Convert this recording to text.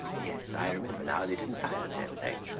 yes, i remember now. they didn't find the tail plane.